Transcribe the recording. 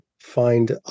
find